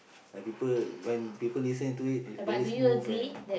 and people when people listen to it it's very smooth and